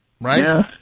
Right